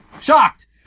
Shocked